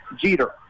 Jeter